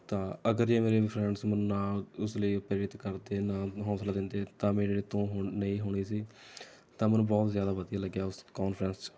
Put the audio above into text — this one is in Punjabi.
ਤਾਂ ਅਗਰ ਜੇ ਮੇਰੇ ਵੀ ਫਰੈਂਡਸ ਮੈਨੂੰ ਨਾ ਉਸ ਲਈ ਪ੍ਰੇਰਿਤ ਕਰਦੇ ਨਾ ਮੈਨੂੰ ਹੌਂਸਲਾ ਦਿੰਦੇ ਤਾਂ ਮੇਰੇ ਤੋਂ ਹੁਣ ਨਹੀਂ ਹੋਣੀ ਸੀ ਤਾਂ ਮੈਨੂੰ ਬਹੁਤ ਜ਼ਿਆਦਾ ਵਧੀਆ ਲੱਗਿਆ ਉਸ ਕਾਨਫਰੰਸ 'ਚ